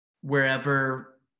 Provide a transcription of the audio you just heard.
wherever